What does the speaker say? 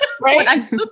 Right